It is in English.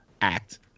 act